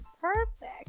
perfect